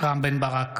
רם בן ברק,